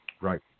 Right